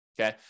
okay